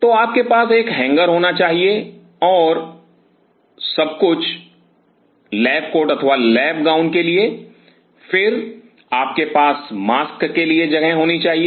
तो आपके पास एक हैंगर होना चाहिए और सब कुछ लैब कोट अथवा लैब गाउन के लिए फिर आपके पास मास्क के लिए जगह होनी चाहिए